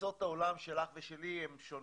תפיסות העולם שלך ושלי הן שונות.